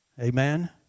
Amen